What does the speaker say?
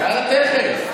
יאללה, תכף.